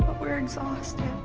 we're exhausted.